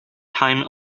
time